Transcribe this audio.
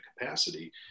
capacity